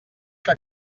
que